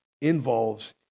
involves